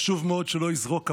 חשוב מאוד שלא יזרוק אבנים.